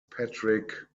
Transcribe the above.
patrick